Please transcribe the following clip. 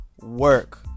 work